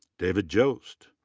david joest.